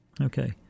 Okay